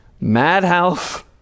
Madhouse